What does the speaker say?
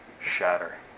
shatter